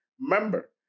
Remember